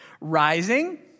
Rising